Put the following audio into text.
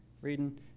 Reading